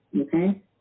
Okay